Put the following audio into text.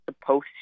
supposed